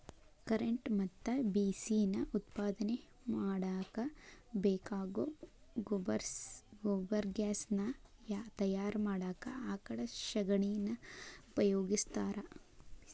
current ಮತ್ತ ಬಿಸಿ ನಾ ಉತ್ಪಾದನೆ ಮಾಡಾಕ ಬೇಕಾಗೋ ಗೊಬರ್ಗ್ಯಾಸ್ ನಾ ತಯಾರ ಮಾಡಾಕ ಆಕಳ ಶಗಣಿನಾ ಉಪಯೋಗಸ್ತಾರ